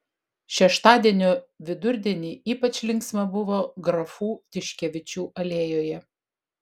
šeštadienio vidurdienį ypač linksma buvo grafų tiškevičių alėjoje